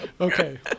Okay